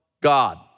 God